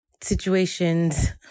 situations